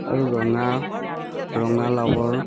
আৰু ৰঙা ৰঙা লাৱৰ